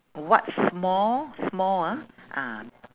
what small small ha ah